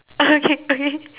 okay okay